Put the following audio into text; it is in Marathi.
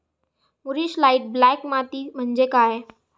मूरिश लाइट ब्लॅक माती म्हणजे काय?